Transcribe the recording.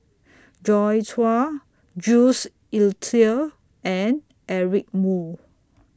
Joi Chua Jules Itier and Eric Moo